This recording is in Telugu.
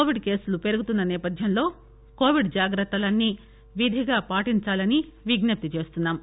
కోవిడ్ కేసులు పెరుగుతున్న నేపథ్యంలో కోవిడ్ జాగ్రత్తలన్నీ విధిగా పాటించాలని విజ్ఞప్తి చేస్తున్నాం